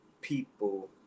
people